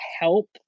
help